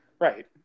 Right